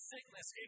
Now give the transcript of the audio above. sickness